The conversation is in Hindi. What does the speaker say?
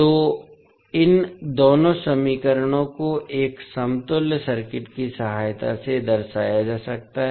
तो इन दोनों समीकरणों को एक समतुल्य सर्किट की सहायता से दर्शाया जा सकता है